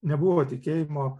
nebuvo tikėjimo